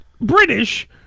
British